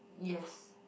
yes